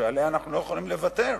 שעליה אנחנו לא יכולים לוותר,